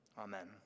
Amen